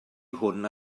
hwn